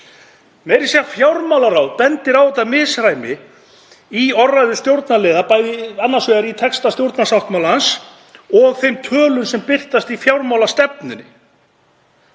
að segja fjármálaráð bendir á þetta misræmi í orðræðu stjórnarliða, annars vegar í texta stjórnarsáttmálans og hins vegar þeim tölum sem birtast í fjármálastefnunni.